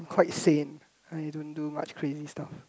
quite sane you don't do much crazy stuff